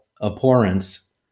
abhorrence